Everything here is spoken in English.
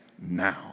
now